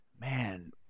Man